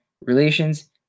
relations